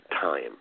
time